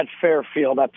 Fairfield